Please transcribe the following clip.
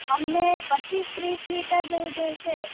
અમને પચીસ ત્રીસ લિટર જેવું જોઈશે